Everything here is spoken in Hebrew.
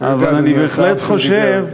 אבל אני בהחלט חושב,